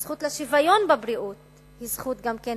הזכות לשוויון בבריאות היא גם זכות מעוגנת,